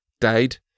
died